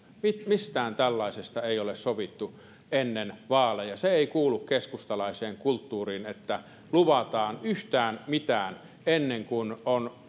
mistään tällaisesta ei ole sovittu ennen vaaleja se ei kuulu keskustalaiseen kulttuuriin että luvataan yhtään mitään ennen kuin on